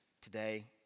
today